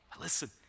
Listen